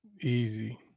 Easy